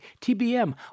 TBM